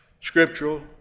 scriptural